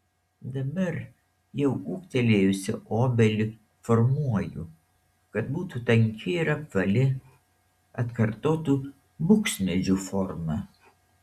dabar jau ūgtelėjusią obelį formuoju kad būtų tanki ir apvali atkartotų buksmedžių formą